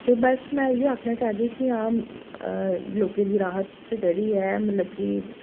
ते बस में इ'यै आक्खना चाह्गी की आं लोकें गी राहत जेह्ड़ी ऐ मतलब की